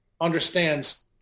understands